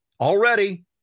already